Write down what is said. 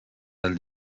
del